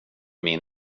min